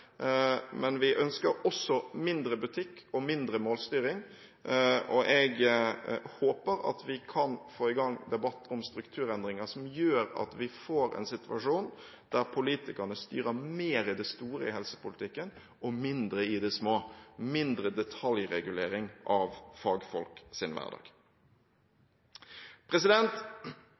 men vi ønsker også mindre butikk og mindre målstyring. Jeg håper at vi kan få i gang debatt om strukturendringer som gjør at vi får en situasjon der politikerne styrer mer i det store i helsepolitikken og mindre i det små, mindre detaljregulering av fagfolks hverdag.